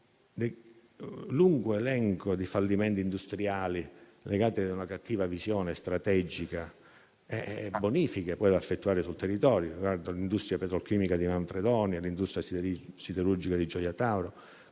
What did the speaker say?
coesione - di fallimenti industriali legati a una cattiva visione strategica, con bonifiche poi da effettuare sul territorio. Penso all'industria petrolchimica di Manfredonia, all'industria siderurgica di Gioia Tauro,